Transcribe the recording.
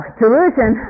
delusion